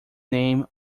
name